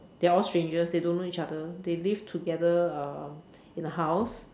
they are all strangers they don't know each other they live together um in a house